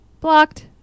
Blocked